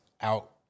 out